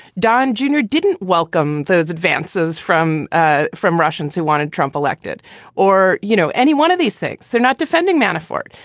don junior didn't welcome those advances from ah from russians who wanted trump elected or, you know, any one of these things. they're not defending manafort.